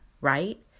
right